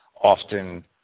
often